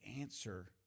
answer